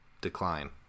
decline